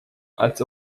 als